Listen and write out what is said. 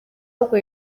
ahubwo